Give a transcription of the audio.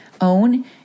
own